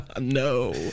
No